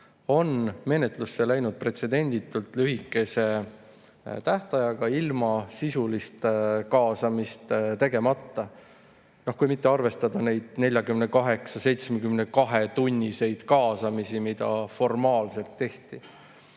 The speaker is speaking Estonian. on menetlusse läinud pretsedenditult lühikese tähtajaga ilma sisulist kaasamist tegemata, kui mitte arvestada neid 48- ja 72-tunniseid kaasamisi, mida formaalselt